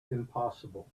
impossible